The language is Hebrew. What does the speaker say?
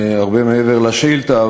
הרבה מעבר לשאילתה,